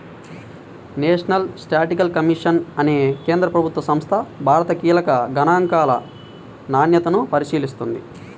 national statistical commission అనే కేంద్ర ప్రభుత్వ సంస్థ భారత కీలక గణాంకాల నాణ్యతను పరిశీలిస్తుంది